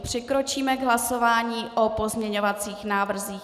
Přikročíme k hlasování o pozměňovacích návrzích.